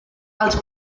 els